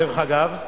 דרך אגב,